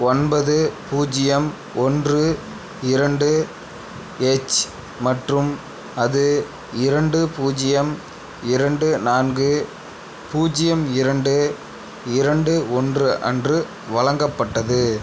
ஒன்பது பூஜ்ஜியம் ஒன்று இரண்டு எச் மற்றும் அது இரண்டு பூஜ்ஜியம் இரண்டு நான்கு பூஜ்ஜியம் இரண்டு இரண்டு ஒன்று அன்று வழங்கப்பட்டது